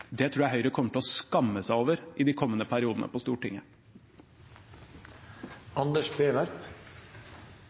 Det tror jeg Høyre kommer til å skamme seg over i de kommende periodene på Stortinget.